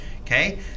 Okay